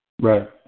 Right